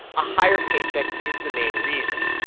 a higher paycheck is the main reason.